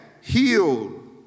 healed